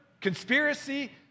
conspiracy